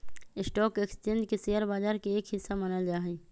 stock exchange के share बाजार के एक हिस्सा मानल जा हई